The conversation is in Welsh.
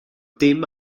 dim